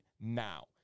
now